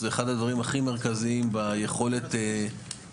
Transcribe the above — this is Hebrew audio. זה אחד הדברים הכי מרכזיים ביכולת לטפל,